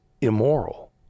immoral